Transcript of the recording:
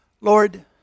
Lord